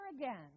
again